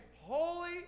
holy